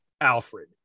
Alfred